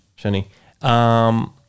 Shani